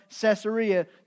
Caesarea